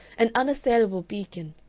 an unassailable beacon,